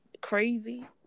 Crazy